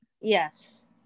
Yes